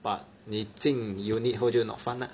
but 你进 unit 后就 not fun lah